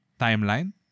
timeline